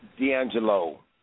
D'Angelo